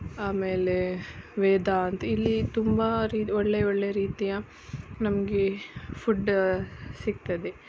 ಆಮೇಲೆ ವೇದಾಂತ್ ಇಲ್ಲಿ ತುಂಬ ರೀ ಒಳ್ಳೆ ಒಳ್ಳೆ ರೀತಿಯ ನಮಗೆ ಫುಡ್ ಸಿಗ್ತದೆ